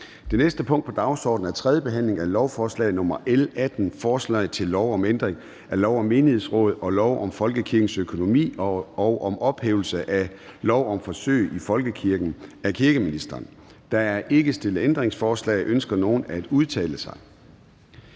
Det næste punkt på dagsordenen er: 2) 3. behandling af lovforslag nr. L 18: Forslag til lov om ændring af lov om menighedsråd og lov om folkekirkens økonomi og om ophævelse af lov om forsøg i folkekirken. (Udvidelse og forenkling af samarbejdsmuligheder, øget transparens